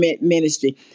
ministry